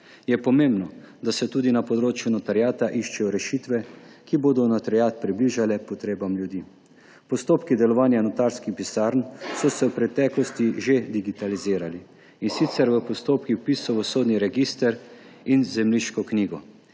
je pomembno, da se tudi na področju notariata iščejo rešitve, ki bodo notariat približale potrebam ljudi. Postopki delovanja notarskih pisarn so se v preteklosti že digitalizirali, in sicer v postopkih vpisov v Sodni register in Zemljiško knjigo.